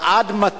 אבל עד מתי?